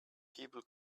people